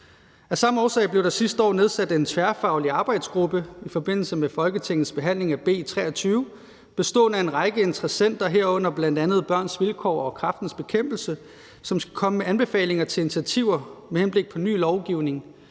Af samme årsag blev der sidste år nedsat en tværfaglig arbejdsgruppe i forbindelse med Folketingets behandling af B 23 bestående af en række interessenter, herunder bl.a. Børns Vilkår og Kræftens Bekæmpelse, som skal komme med anbefalinger til initiativer med henblik på ny lovgivning,